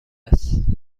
است